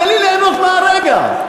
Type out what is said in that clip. תן לי ליהנות מהרגע.